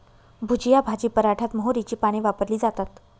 भुजिया भाजी पराठ्यात मोहरीची पाने वापरली जातात